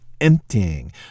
emptying